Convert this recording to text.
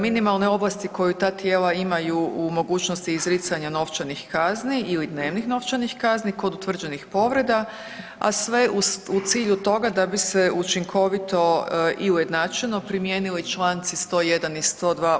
Minimalne ovlasti koju ta tijela imaju u mogućosti izricanja novčanih kazni ili dnevnih novčanih kazni kod utvrđenih povreda, a sve u cilju toga da bi se učinkovito i ujednačeno primijenili Članci 101. i 102.